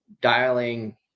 dialing